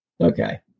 Okay